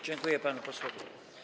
Dziękuję panu posłowi.